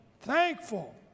thankful